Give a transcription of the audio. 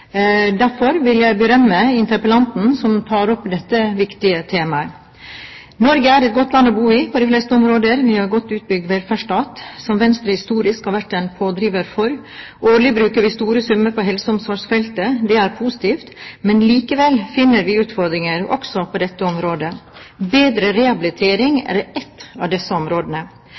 Derfor vil jeg berømme interpellanten som tar opp dette viktige temaet. Norge er et godt land å bo i på de fleste områder. Vi har en godt utbygd velferdsstat, som Venstre historisk har vært en pådriver for. Årlig bruker vi store summer på helse- og omsorgsfeltet. Det er positivt, men likevel finner vi utfordringer også på dette området. Bedre rehabilitering er ett av disse områdene.